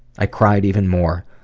i cried even more,